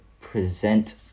present